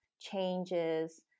changes